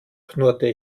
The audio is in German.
knurrte